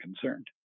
concerned